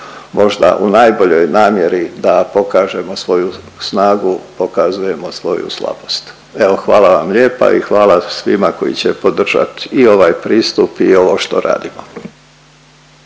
možda u najboljoj namjeri da pokažemo svoju snagu pokazujemo svoju slabost. Evo hvala vam lijepa i hvala svima koji će podržat i ovaj pristup i ovo što radimo.